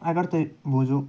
اَگر تُہۍ بوٗزِو